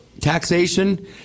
taxation